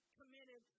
committed